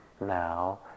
now